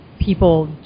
people